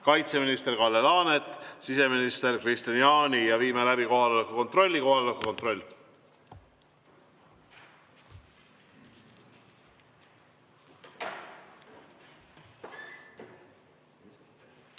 kaitseminister Kalle Laanet ja siseminister Kristian Jaani. Viime läbi kohaloleku kontrolli. Kohaloleku kontroll.